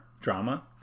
Drama